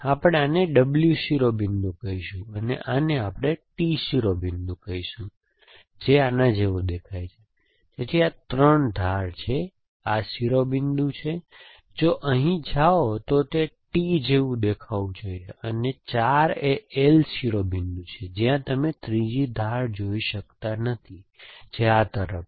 આપણે આને W શિરોબિંદુ કહીશું અને આને આપણે T શિરોબિંદુ કહીએ છીએ જે આના જેવો દેખાય છે તેથી આ 3 ધાર છે આ શિરોબિંદુ છે જો અહીં જાઓ તો તે T જેવું દેખાવું જોઈએ અને 4 એ L શિરોબિંદુ છે જ્યાં તમે ત્રીજી ધાર જોઈ શકતા નથી જે આ તરફ છે